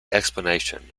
explanation